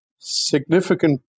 significant